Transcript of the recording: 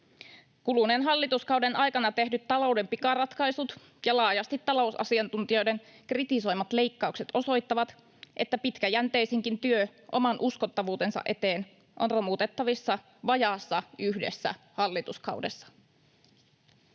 Kuluneen hallituskauden aikana tehdyt talouden pikaratkaisut ja laajasti talousasiantuntijoiden kritisoimat leikkaukset osoittavat, että pitkäjänteisinkin työ oman uskottavuutensa eteen on romutettavissa vajaassa yhdessä hallituskaudessa.